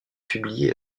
publiée